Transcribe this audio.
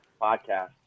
podcast